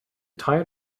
tied